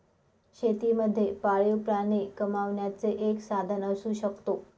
शेती मध्ये पाळीव प्राणी कमावण्याचं एक साधन असू शकतो